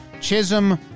Chisholm